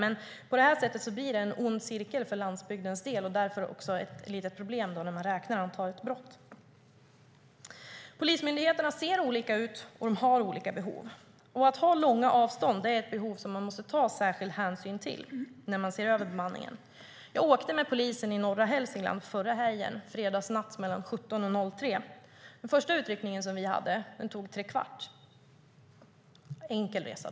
Men på detta sätt blir det en ond cirkel för landsbygdens del och därför också ett litet problem när man räknar antalet brott. Polismyndigheterna ser olika ut och har olika behov. Att ha långa avstånd är något som man måste ta särskild hänsyn till när man ser över bemanningen. Jag åkte med polisen i norra Hälsingland förra helgen, fredag natt mellan 17 och 03. Den första utryckningen som vi hade tog 45 minuter enkel resa.